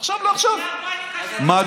מעכשיו לעכשיו, מדוע?